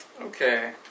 Okay